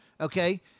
okay